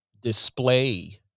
display